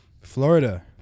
Florida